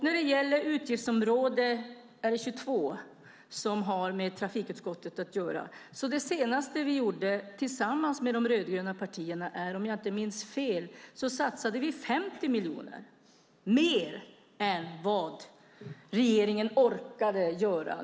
När det gäller utgiftsområde 22, som har med trafikutskottet att göra, var det senaste vi gjorde tillsammans med de andra rödgröna partierna, om jag inte minns fel, att satsa 50 miljoner mer än vad regeringen orkade göra.